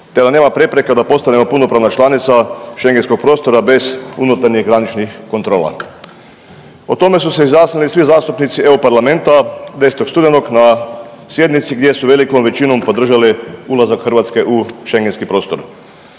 te da nema prepreka da postanemo punopravna članica Šengenskog prostora bez unutarnjih graničnih kontrola. O tome su se izjasnili i svi zastupnici EU parlamenta 10. studenog na sjednici gdje su velikom većinom podržali ulazak Hrvatske u Schengenski prostor.